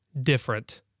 different